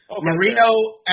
Marino